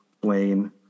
Blaine